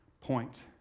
point